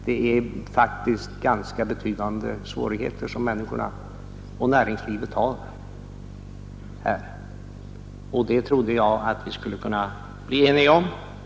Det är faktiskt ganska betydande svårigheter som människorna och näringslivet har här, och det trodde jag att vi skulle kunna bli eniga om.